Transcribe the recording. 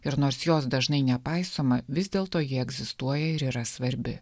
ir nors jos dažnai nepaisoma vis dėlto ji egzistuoja ir yra svarbi